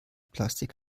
plastik